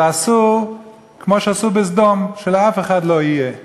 אז עשו, כמו שעשו בסדום, שלאף אחד לא יהיה.